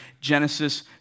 Genesis